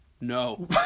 No